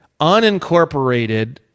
unincorporated